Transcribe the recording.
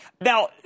Now